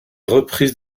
reprises